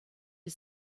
les